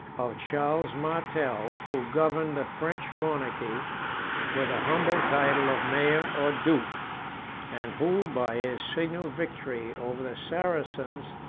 of charles martel, who governed the french monarchy with the humble title of mayor or duke and who, by his signal victory over the saracens,